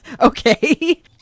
Okay